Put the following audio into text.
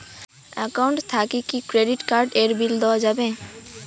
Account থাকি কি credit card এর বিল দেওয়া যাবে?